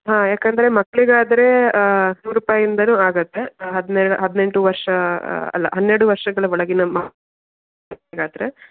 ಹಾಂ ಯಾಕಂದರೆ ಮಕ್ಕಳಿಗಾದ್ರೆ ನೂರು ರೂಪಾಯಿಂದಾನೂ ಆಗುತ್ತೆ ಹದಿನೇಳು ಹದಿನೆಂಟು ವರ್ಷ ಅಲ್ಲ ಹನ್ನೆರಡು ವರ್ಷಗಳ ಒಳಗಿನ ಮಕ್ ಮಕ್ಕಳಿಗಾದ್ರೆ